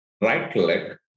right-click